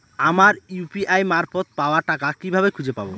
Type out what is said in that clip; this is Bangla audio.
আমার ইউ.পি.আই মারফত পাওয়া টাকা কিভাবে খুঁজে পাব?